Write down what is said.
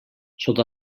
sota